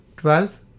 Twelve